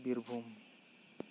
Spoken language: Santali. ᱵᱤᱨᱵᱷᱩᱢ